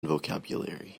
vocabulary